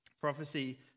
Prophecy